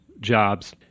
jobs